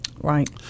Right